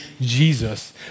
Jesus